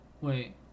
wait